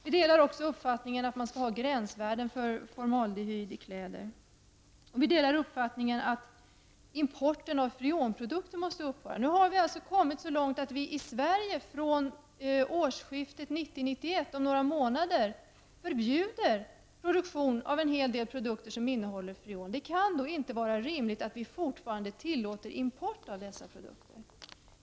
Vi delar vidare uppfattningen att man skall ha gränsvärden för formaldehyd i kläder. Vi ansluter oss till kravet att importen av freonprodukter måste upphöra. Vi har kommit så långt att vi i Sverige från årskiftet 1990/91, om några månader, förbjuder produktion av en hel del produkter som innehåller freoner. Det kan då inte vara rimligt att vi forfarande tillåter import av dessa produkter.